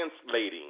translating